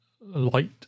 light